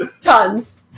Tons